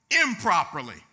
improperly